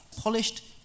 polished